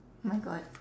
my god